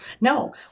no